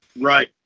Right